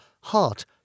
heart